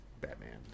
Batman